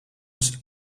was